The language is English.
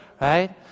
right